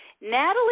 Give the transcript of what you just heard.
Natalie